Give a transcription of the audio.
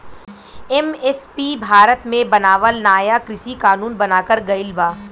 MSP Bharat मे बनावल नाया कृषि कानून बनाकर गइल बा